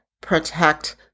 protect